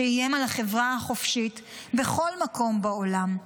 שאיים על החברה החופשית בכל מקום בעולם.